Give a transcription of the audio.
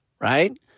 right